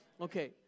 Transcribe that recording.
Okay